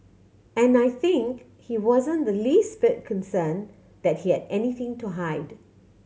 and I think he wasn't the least bit concerned that he had anything to hide